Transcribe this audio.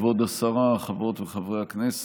כבוד השרה, חברות וחברי הכנסת,